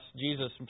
Jesus